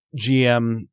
GM